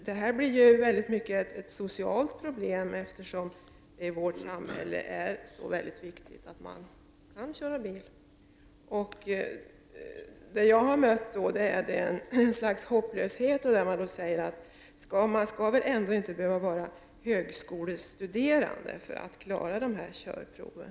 Det här tenderar att bli ett socialt problem, eftersom det i vårt samhälle är så viktigt att kunna köra bil. Jag har mött ett slags hopplöshet där man frågat sig om man verkligen behöver vara högskolestuderande för att klara körkortsprovet.